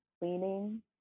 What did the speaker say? cleaning